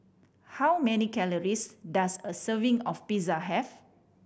how many calories does a serving of Pizza have